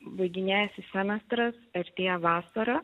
baiginėjasi semestras artėja vasara